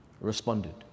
responded